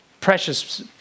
precious